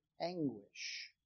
anguish